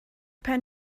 pen